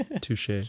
Touche